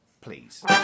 Please